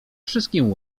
wszystkim